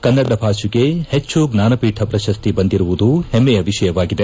ಕನ್ನಡ ಭಾಷೆಗೆ ಹೆಚ್ಚು ಜ್ವಾನಪೀಠ ಪ್ರಕಸ್ತಿ ಬಂದಿರುವುದು ಹೆಮ್ಮೆಯ ವಿಷಯವಾಗಿದೆ